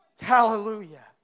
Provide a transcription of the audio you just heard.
Hallelujah